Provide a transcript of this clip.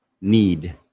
need